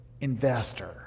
investor